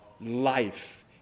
life